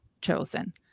chosen